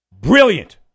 brilliant